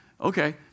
okay